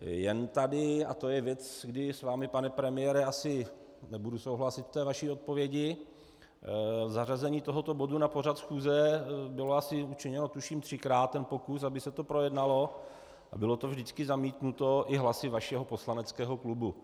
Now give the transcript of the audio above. Jen tady, a to je věc, kdy s vámi, pane premiére, asi nebudu souhlasit v té vaší odpovědi, zařazení tohoto bodu na pořad schůze bylo učiněno asi třikrát, ten pokus, aby se to projednalo, a bylo to vždycky zamítnuto i hlasy vašeho poslaneckého klubu.